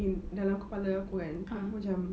in dalam kepala aku kan aku macam